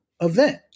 event